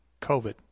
COVID